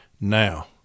now